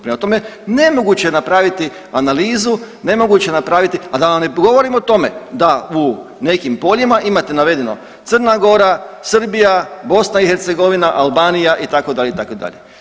Prema tome, nemoguće je napraviti analizu, nemoguće je napraviti, a da vam ne govorim o tome da u nekim poljima imate navedeno Crna Gora, Srbija, BiH, Albanija itd., itd.